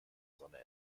sonne